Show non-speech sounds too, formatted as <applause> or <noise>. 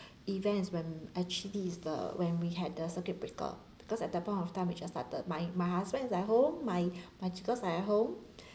events when actually is the when we had the circuit breaker because at that point of time which I started my my husband is at home my <breath> my two girls are at home <breath>